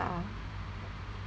uh